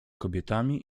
kobietami